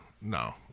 No